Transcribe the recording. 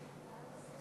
הצבעה.